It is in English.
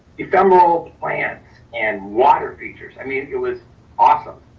ephemeral plants and water features. i mean, it was awesome.